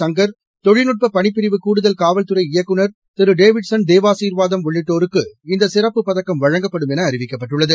சங்கர் தொழில்நட்ப பணிப்பிரிவு கூடுதல் காவல்துறை இயக்குநர் தேவாசீர்வாதம் உள்ளிட்டோருக்கு இந்த சிறப்பு பதக்கம் வழங்கப்படும் டேவிட்சன் என திரு அறிவிக்கப்பட்டுள்ளது